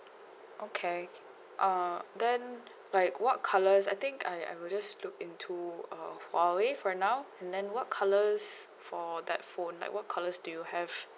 okay uh then like what colours I think I I will just look into uh huawei for now and then what colours for that phone like what colours do you have